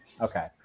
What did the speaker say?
Okay